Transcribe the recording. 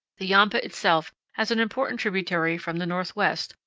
the yampa itself has an important tributary from the northwest,